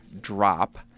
drop